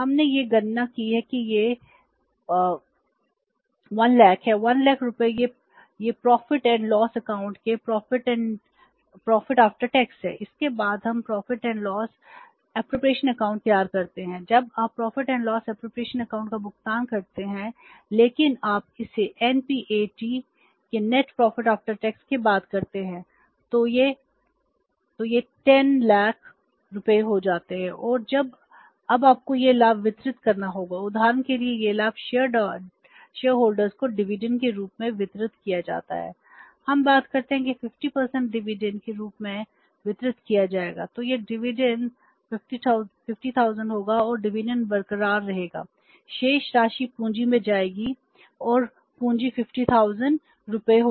हमने यह गणना की है कि यह 100000 है 100000 रुपये यह प्रॉफिट एंड लॉस अकाउंट के रूप में वितरित किया जाता है